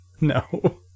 No